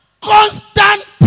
constant